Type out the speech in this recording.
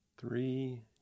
Three